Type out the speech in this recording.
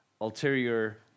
ulterior